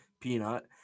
Peanut